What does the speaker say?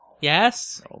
Yes